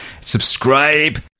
Subscribe